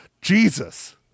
Jesus